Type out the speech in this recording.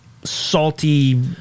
Salty